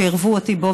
שעירבו אותי בו.